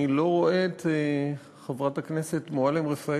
אני לא רואה את חברת הכנסת מועלם-רפאלי.